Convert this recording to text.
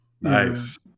Nice